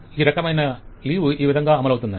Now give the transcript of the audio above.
ఈ రకమైన లీవ్ ఈ విధంగా అమలవుతుందని